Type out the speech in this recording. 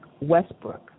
Westbrook